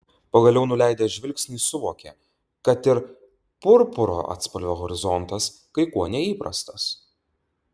pagaliau nuleidęs žvilgsnį suvokė kad ir purpuro atspalvio horizontas kai kuo neįprastas